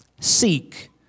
Seek